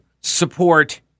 support